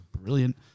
brilliant